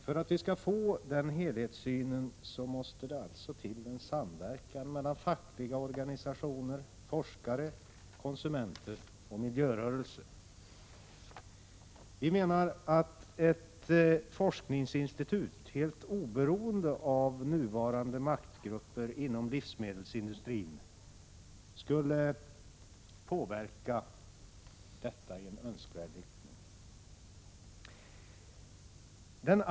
För att vi skall få den helhetssynen måste en samverkan mellan fackliga organisationer, forskare, konsumenter och miljörörelsen skapas. Vi anser att ett forskningsinstitut, helt oberoende av nuvarande maktgrupper inom livsmedelsindustrin, skulle påverka detta i en önskvärd riktning.